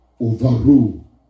overrule